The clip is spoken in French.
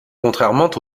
contrairement